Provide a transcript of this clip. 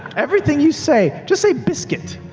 everything you say, just say biscuit.